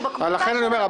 לכן אני אומר,